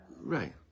Right